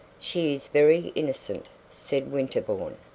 she is very innocent, said winterbourne.